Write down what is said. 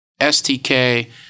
STK